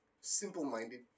simple-minded